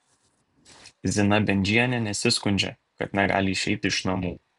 zina bendžienė nesiskundžia kad negali išeiti iš namų